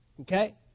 Okay